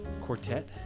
Quartet